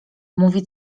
mówi